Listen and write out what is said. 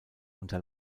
unter